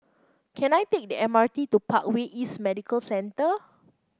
can I take the M R T to Parkway East Medical Centre